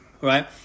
right